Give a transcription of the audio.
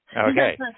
Okay